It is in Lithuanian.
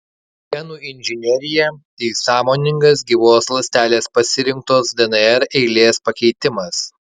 genų inžinerija tai sąmoningas gyvos ląstelės pasirinktos dnr eilės pakeitimas